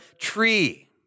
tree